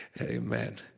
Amen